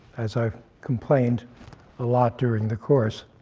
as i've complained a lot during the course,